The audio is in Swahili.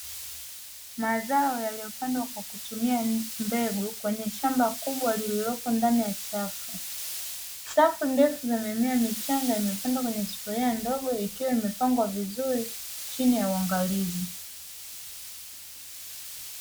Mazao yaliyopandwa kwa kutumia mbegu kwenye shamba kubwa lililoko ndani ya chafu. Safu ndefu zimemea michanga imepandwa kwenye sufuria ndogo ikiwa imepandwa vizuri chini ya uangalizi.